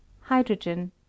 Hydrogen